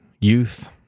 youth